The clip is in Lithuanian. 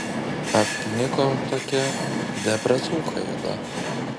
apniko tokia depresūcha juoda